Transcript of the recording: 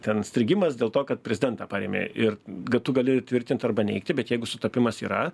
ten strigimas dėl to kad prezidentą parėmė ir ga tu galėji tvirtint arba neigti bet jeigu sutapimas yra